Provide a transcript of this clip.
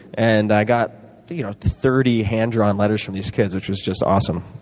and i got you know thirty hand-drawn letters from these kids, which was just awesome.